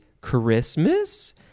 Christmas